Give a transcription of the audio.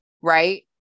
right